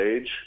age